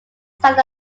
south